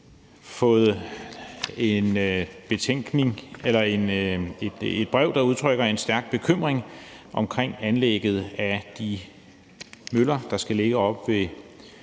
i Thy, fået et brev, der udtrykker en stærk bekymring omkring anlægget af de møller, der skal ligge oppe ved